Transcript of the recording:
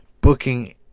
booking